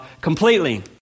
completely